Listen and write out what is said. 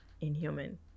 inhuman